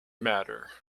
matter